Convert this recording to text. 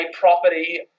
property